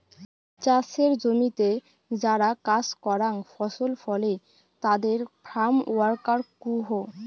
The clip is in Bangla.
চাসের জমিতে যারা কাজ করাং ফসল ফলে তাদের ফার্ম ওয়ার্কার কুহ